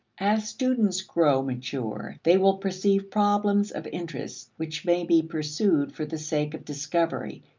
as students grow mature, they will perceive problems of interest which may be pursued for the sake of discovery,